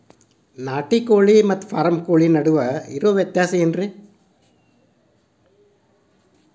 ನಾಟಿ ಕೋಳಿ ಮತ್ತ ಫಾರಂ ಕೋಳಿ ನಡುವೆ ಇರೋ ವ್ಯತ್ಯಾಸಗಳೇನರೇ?